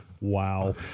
Wow